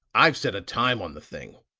i've set a time on the thing.